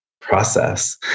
process